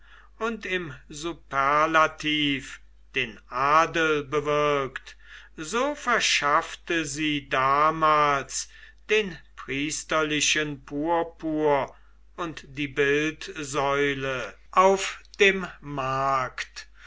und im superlativ den adel bewirkt so verschaffte sie damals den priesterlichen purpur und die bildsäule auf dem markt